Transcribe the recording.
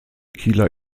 kieler